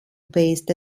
based